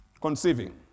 conceiving